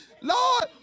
Lord